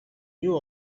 new